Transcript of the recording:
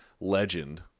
legend